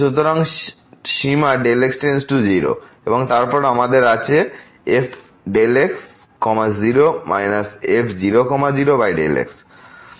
সুতরাং সীমা x → 0 এবং তারপর আমাদের আছে fx 0 f00x